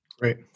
Great